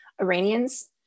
Iranians